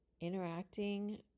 interacting